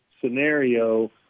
scenario